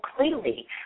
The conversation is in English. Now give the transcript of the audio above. clearly